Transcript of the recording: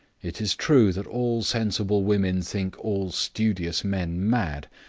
it is true that all sensible women think all studious men mad.